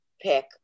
pick